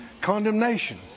Condemnation